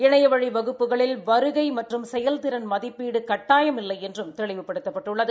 இணையவழி வகுப்புகளில் வருகை மற்றும் செயல்திறன் மதிப்பீடு கட்டாயமில்லை என்றும் தெளிவுபடுத்தப்பட்டுள்ளது